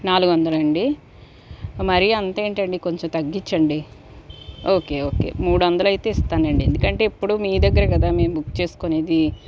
నాలుగు వందలా అండి మరి అంత ఏంటండీ కొంచెం తగ్గించండి ఓకే ఓకే మూడు వందలయితే ఇస్తానండి ఎందుకంటే ఎప్పుడు మీ దగ్గరే కదా మేము బుక్ చేసుకునేది